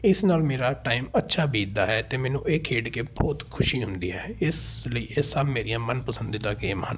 ਇਸ ਨਾਲ ਮੇਰਾ ਟਾਈਮ ਅੱਛਾ ਬੀਤਦਾ ਹੈ ਅਤੇ ਮੈਨੂੰ ਇਹ ਖੇਡ ਕੇ ਬਹੁਤ ਖੁਸ਼ੀ ਹੁੰਦੀ ਹੈ ਇਸ ਲਈ ਇਹ ਸਭ ਮੇਰੀਆਂ ਮਨਪਸੰਦੀਦਾ ਗੇਮ ਹਨ